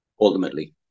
ultimately